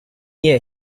year